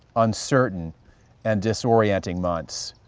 uncertain and disorienting months.